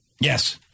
Yes